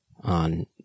on